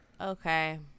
Okay